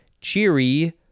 Cheery